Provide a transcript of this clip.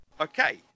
okay